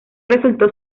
resultó